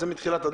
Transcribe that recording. זה מתחילת הדרך.